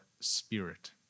Spirit